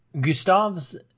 Gustav's